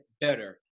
better